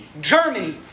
Germany